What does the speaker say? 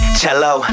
cello